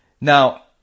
Now